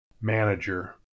manager